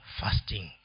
fasting